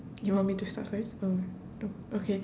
you want me to start first or oh okay